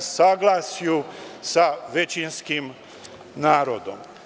saglasju sa većinskim narodom.